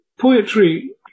poetry